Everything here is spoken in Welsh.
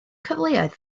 cyfleoedd